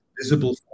visible